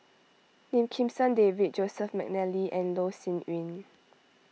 Lim Kim San David Joseph McNally and Loh Sin Yun